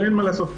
אבל אין מה לעשות,